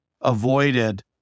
avoided